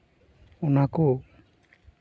ᱚᱱᱟ ᱠᱚ